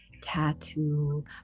Tattoo